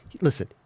listen